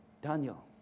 Daniel